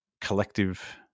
collective